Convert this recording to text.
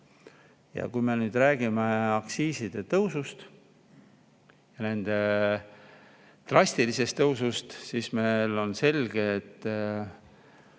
Ja kui me räägime nüüd aktsiiside tõusust, nende drastilisest tõusust, siis meile on selge, et